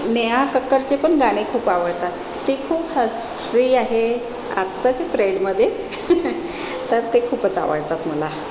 नेहा कक्करचे पण गाणे खूप आवडतात ती खूप हस फ्री आहे आत्ताच्या प्रेडमध्ये तर ते खूपच आवडतात मला